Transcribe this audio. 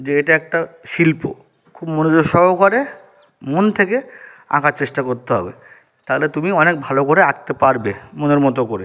যে এটা একটা শিল্প খুব মনোযোগ সহকারে মন থেকে আঁকার চেষ্টা করতে হবে তালে তুমি অনেক ভালো করে আঁকতে পারবে মনের মতো করে